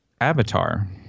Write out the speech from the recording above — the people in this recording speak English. Avatar